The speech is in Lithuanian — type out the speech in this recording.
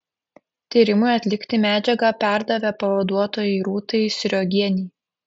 tyrimui atlikti medžiagą perdavė pavaduotojai rūtai sriogienei